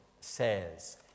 says